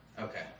Okay